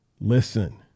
listen